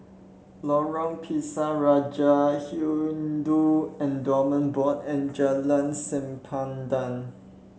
Lorong Pisang Raja Hindu Endowment Board and Jalan Sempadan